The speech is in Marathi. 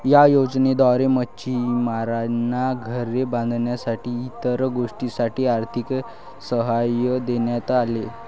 या योजनेद्वारे मच्छिमारांना घरे बांधण्यासाठी इतर गोष्टींसाठी आर्थिक सहाय्य देण्यात आले